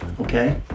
okay